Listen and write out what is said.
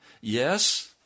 Yes